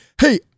hey